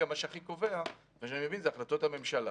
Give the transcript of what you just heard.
מה שהכי קובע כרגע, זה החלטות הממשלה.